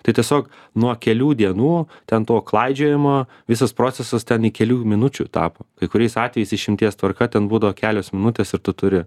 tai tiesiog nuo kelių dienų ten to klaidžiojimo visas procesas ten į kelių minučių tapo kai kuriais atvejais išimties tvarka ten būdavo kelios minutės ir tu turi